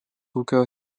ūkio